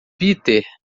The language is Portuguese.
peter